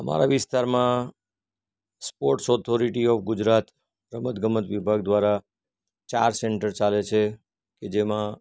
અમારા વિસ્તારમાં sports authority of Gujarat રમતગમત વિભાગ દ્વારા ચાર સેન્ટર ચાલે છે કે જેમાં